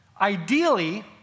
Ideally